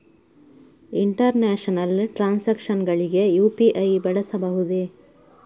International transactions ಗಳಿಗೆ UPI ಬಳಸಬಹುದೇ?